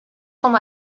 com